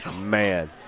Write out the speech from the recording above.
Man